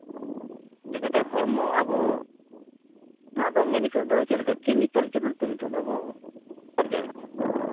ᱪᱤᱠᱟᱹᱛᱮ ᱦᱚᱲᱢᱚ ᱟᱵᱚ ᱚᱱᱟᱫᱚ ᱢᱮᱱ ᱦᱤᱥᱟᱹᱵᱽ ᱫᱚ ᱪᱮᱫ ᱞᱮᱠᱟ ᱠᱮᱹᱢᱤᱠᱮᱞ ᱪᱮᱛᱟᱱ ᱛᱮ ᱱᱤᱛᱚᱜ ᱫᱚ ᱟᱵᱚ ᱟᱨᱡᱟᱣ ᱮᱜᱼᱟ